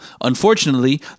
unfortunately